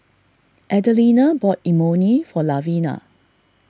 Adelina bought Imoni for Lavina